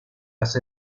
las